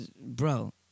Bro